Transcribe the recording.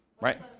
right